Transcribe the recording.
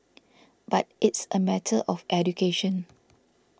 but it's a matter of education